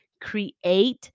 create